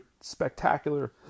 spectacular